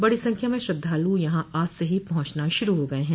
बड़ी संख्या में श्रद्वालु यहां आज से ही पहुंचना शुरू हो गये है